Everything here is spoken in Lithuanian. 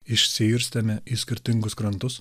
išsiirstėme į skirtingus krantus